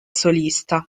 solista